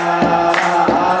ah